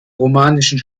romanischen